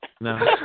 No